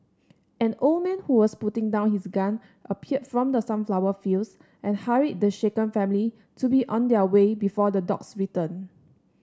an old man who was putting down his gun appeared from the sunflower fields and hurried the shaken family to be on their way before the dogs return